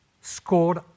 scored